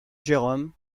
jérôme